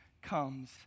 Comes